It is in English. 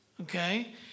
okay